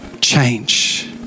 Change